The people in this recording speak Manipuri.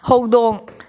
ꯍꯧꯗꯣꯡ